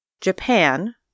Japan